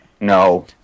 No